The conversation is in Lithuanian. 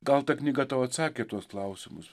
gal ta knyga tau atsakė į tuos klausimus